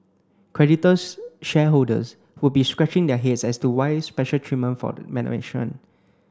creditors shareholders would be scratching their heads as to why special treatment for the management